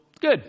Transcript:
good